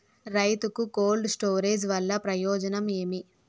రైతుకు cold storage వల్ల ప్రయోజనం ఏమి?